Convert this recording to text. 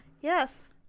Yes